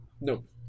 Nope